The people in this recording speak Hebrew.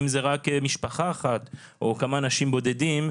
זה רק משפחה אחת או כמה אנשים בודדים.